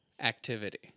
Activity